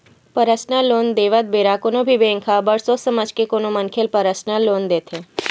personal loan देवत बेरा कोनो भी बेंक ह बड़ सोच समझ के कोनो मनखे ल परसनल लोन देथे